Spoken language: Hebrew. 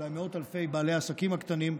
אולי מאות אלפי בעלי העסקים הקטנים,